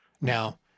Now